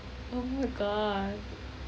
oh my god